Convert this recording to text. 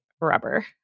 rubber